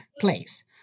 place